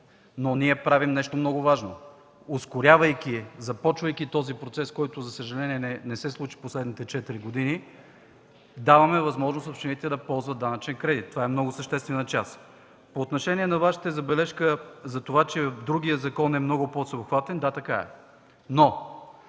Но ние правим нещо много важно – ускорявайки, започвайки този процес, който за съжаление не се случи последните четири години, даваме възможност на общините да ползват данъчен кредит. Това е много съществена част. По отношение на Вашата забележка, че другият закон е много по-всеобхватен – да, така е,